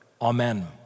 Amen